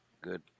Good